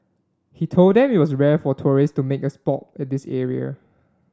he told them it was rare for tourist to make a sport at this area